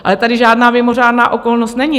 Ale tady žádná mimořádná okolnost není.